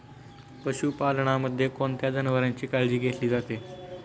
पशुपालनामध्ये कोणत्या जनावरांची काळजी घेतली जाते?